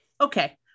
Okay